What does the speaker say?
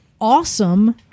awesome